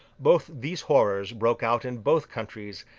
both these horrors broke out in both countries,